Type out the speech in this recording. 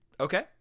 Okay